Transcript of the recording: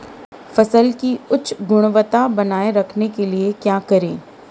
फसल की उच्च गुणवत्ता बनाए रखने के लिए क्या करें?